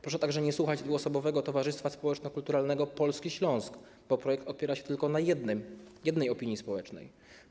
Proszę także nie słuchać dwuosobowego Towarzystwa Społeczno-Kulturalnego Polski Śląsk, bo projekt opiera się tylko na jednej opinii społecznej.